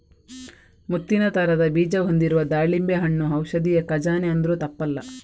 ಮುತ್ತಿನ ತರದ ಬೀಜ ಹೊಂದಿರುವ ದಾಳಿಂಬೆ ಹಣ್ಣು ಔಷಧಿಯ ಖಜಾನೆ ಅಂದ್ರೂ ತಪ್ಪಲ್ಲ